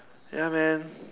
ya man